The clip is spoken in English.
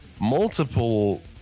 Multiple